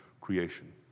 creation